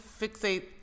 fixate